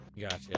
Gotcha